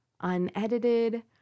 unedited